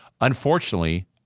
Unfortunately